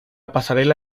pasarela